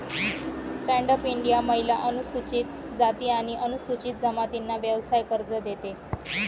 stand up India महिला, अनुसूचित जाती आणि अनुसूचित जमातींना व्यवसाय कर्ज देते